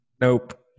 Nope